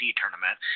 tournament